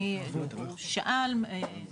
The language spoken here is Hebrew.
הוא שאל אז